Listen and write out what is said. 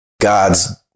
God's